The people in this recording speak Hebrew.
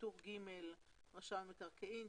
טור ג' רשם המקרקעין.